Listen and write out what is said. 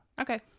okay